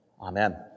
Amen